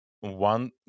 one